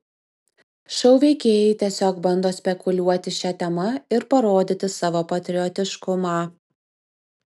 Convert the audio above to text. šou veikėjai tiesiog bando spekuliuoti šia tema ir parodyti savo patriotiškumą